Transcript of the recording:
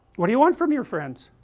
what do want from your friends?